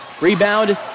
Rebound